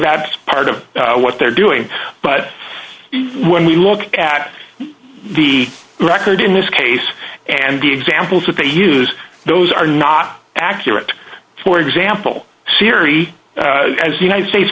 that's part of what they're doing but when we look at the record in this case and the examples that they use those are not accurate for example siri as united states